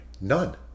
None